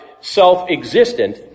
self-existent